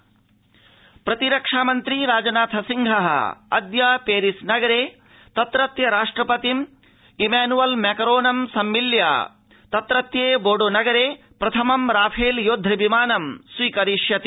फ्रांसम् राजनाथ प्रतिरक्षामन्त्री राजनाथसिंहः अद्य पेरिसे तत्रत्य राष्ट्रपतिम् इमैनुअल मैक्रोनं सम्मिल्य तत्रत्ये बोडो नगरे प्रथमं राफेल् योद्धविमानम् स्वीकरिष्यति